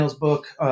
book